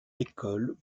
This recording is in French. école